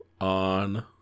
on